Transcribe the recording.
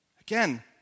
Again